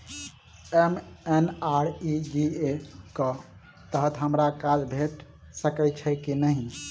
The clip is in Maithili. एम.एन.आर.ई.जी.ए कऽ तहत हमरा काज भेट सकय छई की नहि?